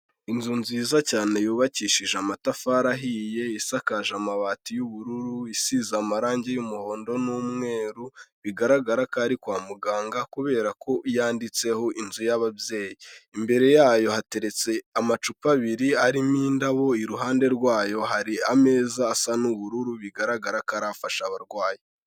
Inzu nziza cyane yubakishije amatafari ahiye, isakaje amabati y'ubururu isize amarangi y'umuhondo n'umweru, bigaragara ko ari kwa muganga kubera ko yanditseho inzu y'ababyeyi, imbere yayo hateretse amacupa abiri arimo indabo, iruhande rwayo hari ameza asa n'ubururu bigaragara ko ari afasha abarwayi.